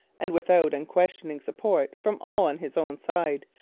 and without unquestioning support from all on his own side,